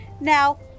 Now